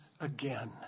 again